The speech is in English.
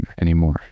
anymore